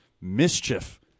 mischief